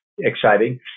exciting